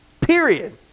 Period